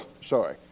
sorry